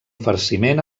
farciment